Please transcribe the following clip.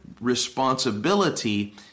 responsibility